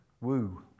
Woo